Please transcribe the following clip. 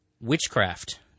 Witchcraft